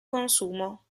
consumo